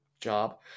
job